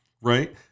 right